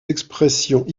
expressions